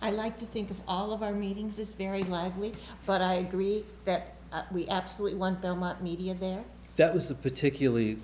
i like to think of all of our meetings as very lightweight but i agree that we absolutely want the much media there that was a particularly